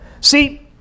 See